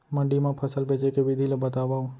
मंडी मा फसल बेचे के विधि ला बतावव?